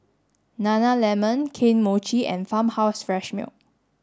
Nana Lemon Kane Mochi and Farmhouse Fresh Milk